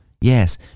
Yes